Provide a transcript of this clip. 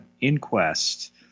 inquest